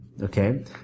Okay